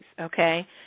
okay